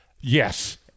Yes